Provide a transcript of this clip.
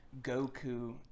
Goku